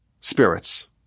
spirits